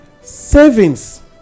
savings